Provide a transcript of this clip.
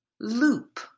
loop